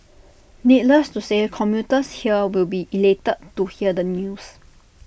needless to say commuters here will be elated to hear the news